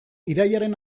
irailaren